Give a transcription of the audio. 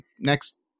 next